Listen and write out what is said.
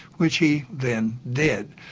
which he then did,